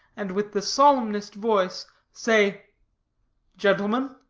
and, with the solemnest voice, say gentlemen,